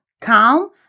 calm